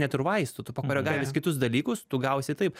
net ir vaistų tu pakoregavęs kitus dalykus tu gausi taip